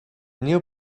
new